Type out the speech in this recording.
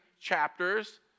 chapters